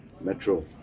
Metro